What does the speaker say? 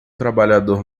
trabalhador